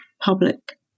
public